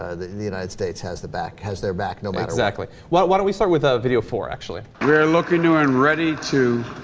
ah. the and the united states has the back has their back not exactly well what we saw with ah video four actually there looking around and ready to